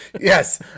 Yes